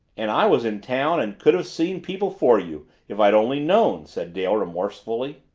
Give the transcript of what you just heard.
and i was in town and could have seen people for you if i'd only known! said dale remorsefully.